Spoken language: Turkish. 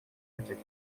edecek